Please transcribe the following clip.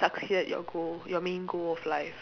succeed your goal your main goal of life